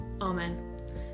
Amen